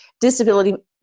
disability